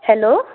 hello